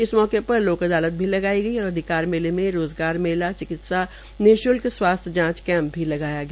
इस मौके लोक अदालत भी लगाड्र गई और अधिकार मेले मे रोज़गार मेला चिकित्सा निश्ल्क जांच कैंप भी लगाया गया